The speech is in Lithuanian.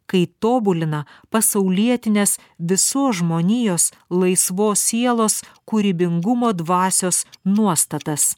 kai tobulina pasaulietinės visos žmonijos laisvos sielos kūrybingumo dvasios nuostatas